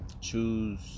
Choose